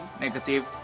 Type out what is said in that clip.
negative